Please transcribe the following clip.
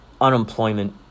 unemployment